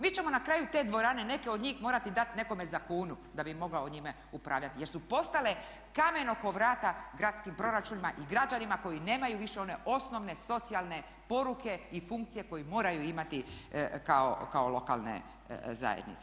Mi ćemo na kraju te dvorane neke od njih morati dati nekome za kunu da bi mogao njime upravljati jer su postale kamen oko vrata gradskim proračunima i građanima koji nemaju više one osnovne socijalne poruke i funkcije koje moraju imati kao lokalne zajednice.